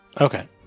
Okay